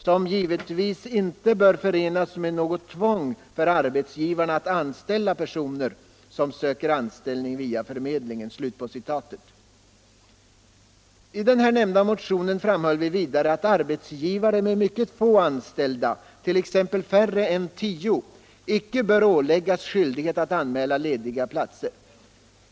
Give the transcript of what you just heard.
som givetvis inte bör förenas med något tvång för arbetsgivarna att anställa personer som söker anställning via förmedlingen.” I den nämnda motionen framhöll vi vidare att arbetsgivare med mycket få anställda, t.ex. färre än 10, icke bör åläggas skyldighet att anmäla lediga platser.